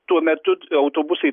tuo metu autobusai